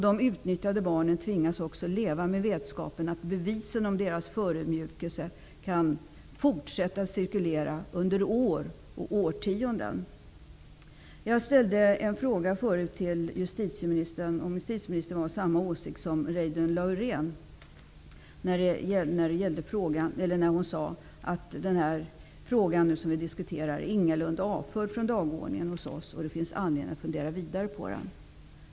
De utnyttjade barnen tvingas leva med vetskapen att bevisen för deras förödmjukelse kan fortsätta att cirkulera under år och årtionden. Jag ställde en fråga till justitieministern, om hon hade samma åsikt som Reidunn Laurén, som sade att den fråga som vi nu diskuterar ingalunda är avförd från dagordningen och att det finns anledning att fundera vidare på den.